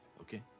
okay